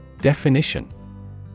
Definition